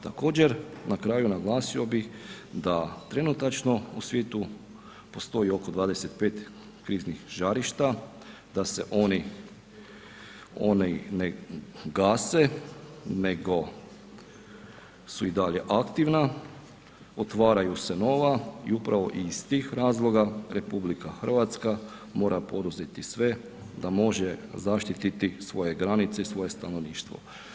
Također na kraju naglasio bih da trenutačno u svijetu postoji oko 25 kriznih žarišta, da se oni ne gase, nego su i dalje aktivna, otvaraju se nova i upravo i iz tih razloga RH mora poduzeti sve da može zaštititi svoje granice i svoje stanovništvo.